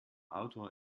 autor